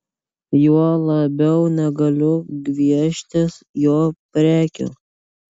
juo labiau negaliu gvieštis jo prekių